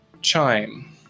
chime